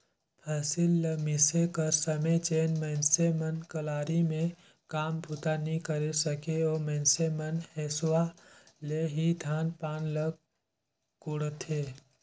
फसिल ल मिसे कर समे जेन मइनसे मन कलारी मे काम बूता नी करे सके, ओ मइनसे मन हेसुवा ले ही धान पान ल कोड़थे